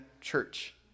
church